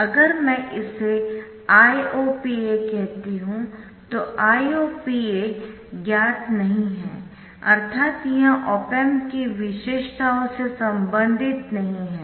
अगर मैं इसे IOPA कहती हूं तो IOPA ज्ञात नहीं है अर्थात् यह ऑप एम्प की विशेषताओं से संबंधित नहीं है